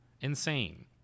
insane